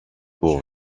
pour